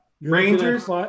Rangers